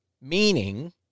meaning